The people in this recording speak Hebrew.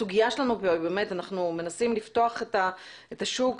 אנחנו מנסים לפתוח את השוק,